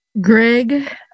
Greg